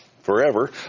forever